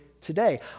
today